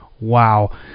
Wow